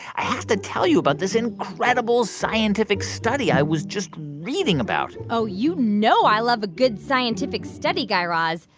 i have to tell you about this incredible scientific study i was just reading about oh, you know i love a good scientific study, guy raz.